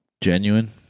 Genuine